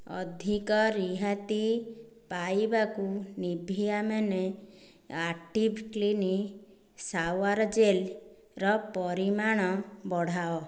ଅଧିକ ରିହାତି ପାଇବାକୁ Nivea men active clean shower ଜେଲ୍ର ପରିମାଣ ବଢ଼ାଅ